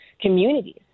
communities